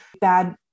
bad